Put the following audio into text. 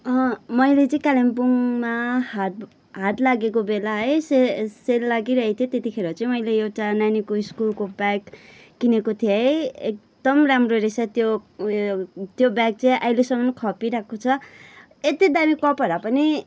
मैले चाहिँ कालिम्पोङमा हाट ब लागेको बेला है से सेल लागिरहेको थियो त्यतिखेर चाहिँ मैले एउटा नानीको स्कुलको ब्याग किनेको थिएँ है एकदम राम्रो रहेछ त्यो उयो त्यो ब्याग चाहिँ अहिलेसम्म खपिरहेको छ यति दामी कपडा पनि